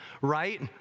right